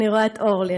אני רואה את אורלי,